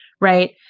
right